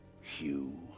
Hugh